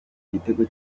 gitego